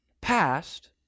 past